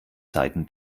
seiten